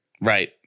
Right